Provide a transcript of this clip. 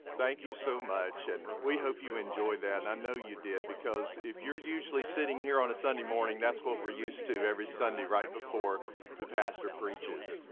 thank you so much. and we hope you enjoyed that, and i know you did because if you're usually sitting here on a sunday morning that's what we're used to every sunday right before the pastor preaches.